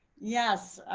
yes,